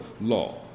law